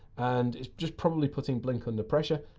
and it's just probably putting blink under pressure.